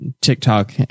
TikTok